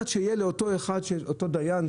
שיש לו רישיון נהיגה,